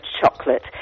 chocolate